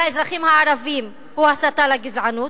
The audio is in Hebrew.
של האזרחים הערבים, זו הסתה לגזענות?